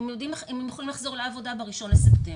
לראות אם הם יכולים לחזור לעבודה ב-1 לספטמבר.